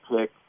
pick